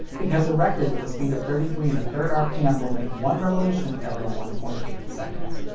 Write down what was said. because a record with a speed of thirty three and a third rpm will make one revolution every one point eight seconds.